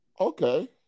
Okay